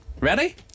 Ready